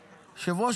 היושב-ראש,